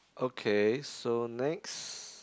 okay so next